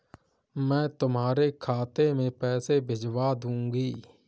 मैं तुम्हारे खाते में पैसे भिजवा दूँगी